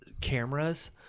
cameras